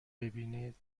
ببینید